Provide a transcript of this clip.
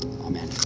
Amen